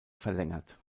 verlängert